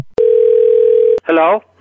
Hello